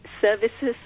services